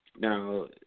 Now